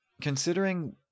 considering